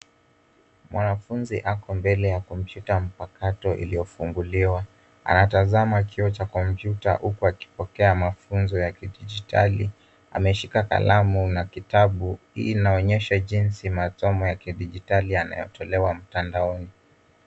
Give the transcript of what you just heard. Mwanafunzi ako mbele ya kompyuta mpakato iliyofunguliwa. Anatazama kio cha kompyuta uko akipokea mafunzo ya kidijitali. Ameshika kalamu na kitabu hii inaonyesha jinsi masomo ya kidijitali yanatolewa mtandaoni.